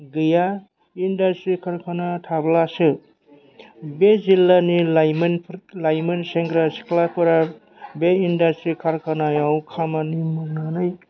गैया इन्डासट्रि कारकाना थाब्लासो बे जिल्लानि लाइमोनफोर लाइमोन सेंग्रा सिख्लाफोरा बे इन्डासट्रि कारकानायाव खामानि मावनानै